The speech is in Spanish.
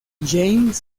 james